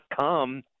come